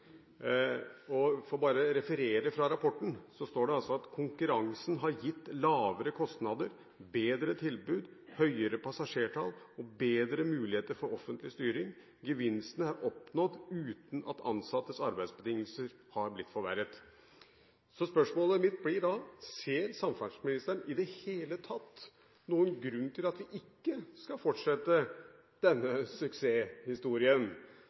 For bare å referere fra rapporten så står det at konkurransen har gitt lavere kostnader, bedre tilbud, høyere passasjertall og bedre muligheter for offentlig styring. Gevinsten er oppnådd uten at ansattes arbeidsbetingelser har blitt forverret. Spørsmålet mitt blir da: Ser samferdselsministeren i det hele tatt noen grunn til at vi ikke skal fortsette denne suksesshistorien